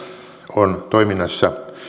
on toiminnassa